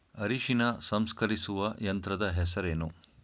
ಅರಿಶಿನ ಸಂಸ್ಕರಿಸುವ ಯಂತ್ರದ ಹೆಸರೇನು?